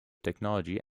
technology